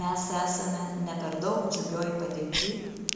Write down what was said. mes esame ne per daug džiugioj padėty